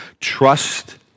Trust